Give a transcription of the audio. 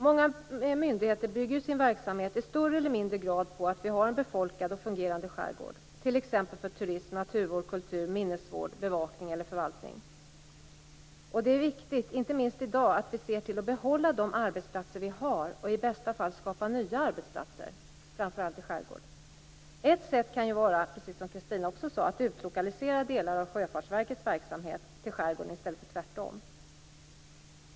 Många myndigheter bygger sin verksamhet, i större eller mindre grad, på att vi har en befolkad och fungerande skärgård, t.ex. för turism, naturvård, kultur, minnesvård, bevakning eller förvaltning. Det är viktigt, inte minst i dag, att vi ser till att behålla de arbetsplatser vi har och i bästa fall skapa nya arbetsplatser - framför allt i skärgården. Ett sätt kan vara - precis som Christina Pettersson också sade - att utlokalisera delar av Sjöfartsverkets verksamhet till skärgården i stället för tvärtom.